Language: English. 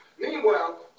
Meanwhile